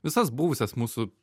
visas buvusias mūsų